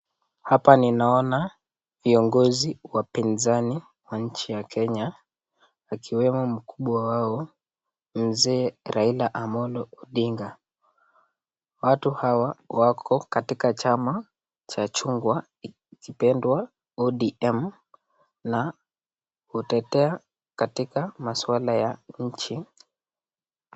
Hapa ninaona viongozi wapinzani wa nchi ya Kenya akiwemo mkubwa wao mzee Raila Amolo Odinga. Watu hawa wako katika chama Cha Chungwa ikipendwa ODM na hutetea katika maswala ya nchi.